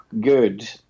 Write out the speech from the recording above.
good